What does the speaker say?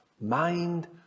Mind